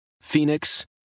Phoenix